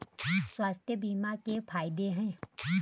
स्वास्थ्य बीमा के फायदे हैं?